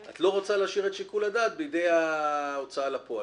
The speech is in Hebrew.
את לא רוצה להשאיר את שיקול הדעת בידי ההוצאה לפועל,